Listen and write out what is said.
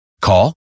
Call